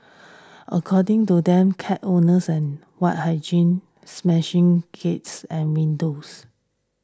according to them cat owners and white hygiene meshing gates and windows